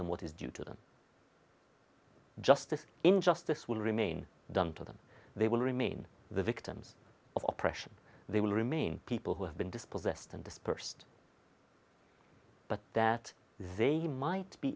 them what is due to them justice injustice will remain done to them they will remain the victims of oppression they will remain people who have been dispossessed and dispersed but that the might be